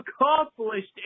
accomplished